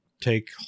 take